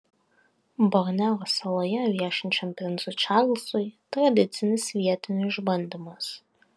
borneo saloje viešinčiam princui čarlzui tradicinis vietinių išbandymas